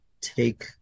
take